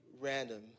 random